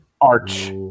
Arch